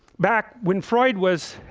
back when freud was